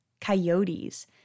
Coyotes